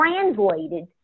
translated